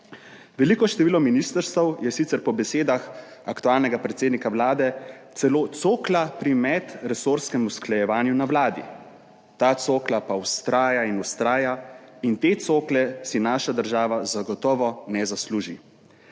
Veliko število ministrstev je sicer po besedah aktualnega predsednika Vlade celo cokla pri medresorskem usklajevanju na Vladi. Ta cokla pa vztraja in vztraja in te cokle si naša država zagotovo ne zasluži.